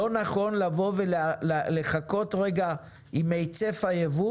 לא נכון לבוא ולחכות רגע עם היצף הייבוא